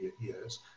years